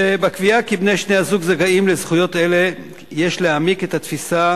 בקביעה כי שני בני-הזוג זכאים לזכויות אלה יש להעמיק את תפיסת